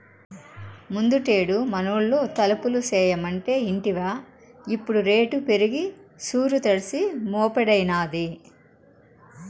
ముందుటేడు మనూళ్లో తలుపులు చేయమంటే ఇంటివా ఇప్పుడు రేటు పెరిగి సూరు తడిసి మోపెడైనాది